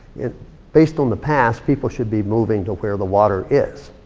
and based on the past, people should be moving to where the water is.